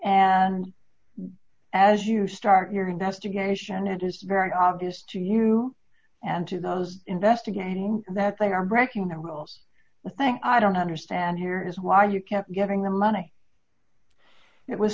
and as you start your investigation it is very obvious to you and to those investigating that they are breaking the rules the thing i don't understand here is why you kept getting the money it was